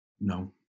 No